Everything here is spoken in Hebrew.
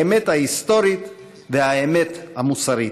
האמת ההיסטורית והאמת המוסרית.